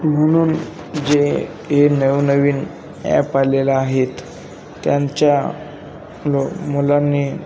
म्हणून जे हे नवनवीन ॲप आलेले आहेत त्यांच्या लो मुलांनी